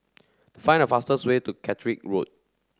find the fastest way to Catterick Road